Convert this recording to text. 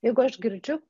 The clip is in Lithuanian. jeigu aš girdžiu